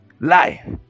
lie